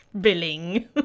Billing